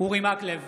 אורי מקלב,